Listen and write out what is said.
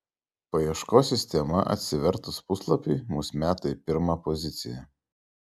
paieškos sistema atsivertus puslapiui mus meta į pirmą poziciją